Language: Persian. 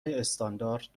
استاندارد